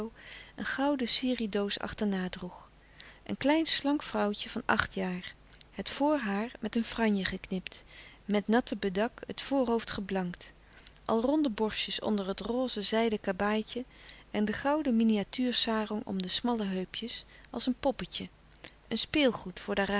een gouden sirih doos achterna droeg een klein slank vrouwtje van acht jaar het voorhaar met een franje geknipt met natte bedak het voorhoofd geblankt al ronde borstjes onder het roze zijden kabaaitje en de gouden miniatuur sarong om de smalle heupjes als een poppetje een speelgoed voor de